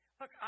Look